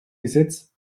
gesetz